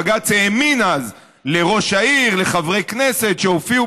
בג"ץ האמין אז לראש העיר ולחברי הכנסת שהופיעו